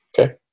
Okay